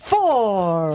Four